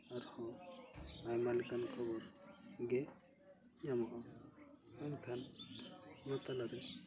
ᱟᱨ ᱦᱚᱸ ᱟᱭᱢᱟ ᱞᱮᱠᱟᱱ ᱠᱷᱚᱵᱚᱨ ᱜᱮ ᱧᱟᱢᱚᱜᱼᱟ ᱮᱱᱠᱷᱟᱱ ᱟᱵᱚ ᱛᱟᱞᱟᱨᱮ